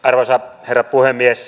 arvoisa herra puhemies